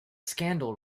scandal